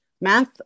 math